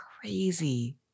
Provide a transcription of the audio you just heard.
crazy